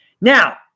Now